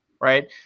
right